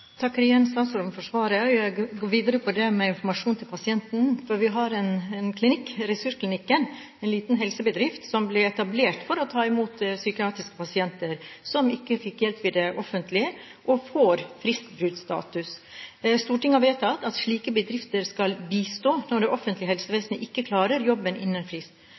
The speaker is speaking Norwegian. statsråden for svaret. Jeg går videre på det med informasjon til pasienten. Vi har en klinikk, Ressursklinikken, en liten helsebedrift som ble etablert for å ta imot psykiatriske pasienter som ikke fikk hjelp ved det offentlige, og får fristbruddstatus. Stortinget har vedtatt at slike bedrifter skal bistå når det offentlige helsevesenet ikke klarer jobben innen